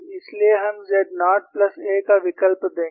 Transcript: इसलिए हम z naught plus a का विकल्प देंगे